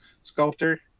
sculptor